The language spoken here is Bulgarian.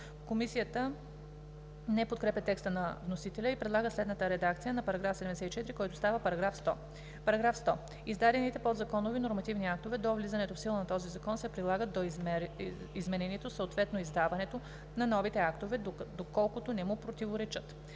Комисията не подкрепя текста на вносителя и предлага следната редакция на § 74, който става § 100: „§ 100. Издадените подзаконови нормативни актове до влизането в сила на този закон се прилагат до изменението, съответно издаването на новите актове, доколкото не му противоречат.“